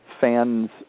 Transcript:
Fans